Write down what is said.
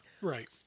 Right